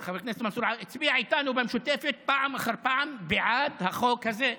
חבר הכנסת מנסור עבאס הצביע איתנו במשותפת פעם אחר פעם בעד החוק הזה.